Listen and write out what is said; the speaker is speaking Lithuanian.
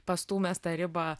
pastūmęs tą ribą